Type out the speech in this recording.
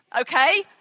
Okay